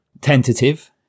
tentative